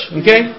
okay